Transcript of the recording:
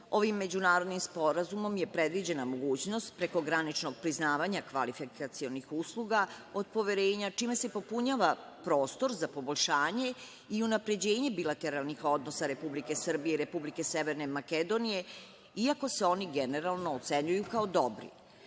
ovim međunarodnim sporazumom je predviđena mogućnost prekograničnog priznavanja kvalifikacionih usluga od poverenja, čime se popunjava prostor za poboljšanje i unapređenje bilateralnih odnosa Republike Srbije i Republike Severne Makedonije, iako se oni generalno ocenjuju kao